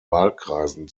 wahlkreisen